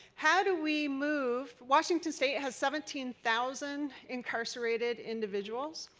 how do we move washington state has seventeen thousand incars rated individuals.